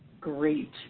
great